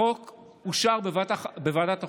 החוק אושר בוועדת החוקה.